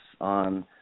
on